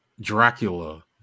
Dracula